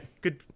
Good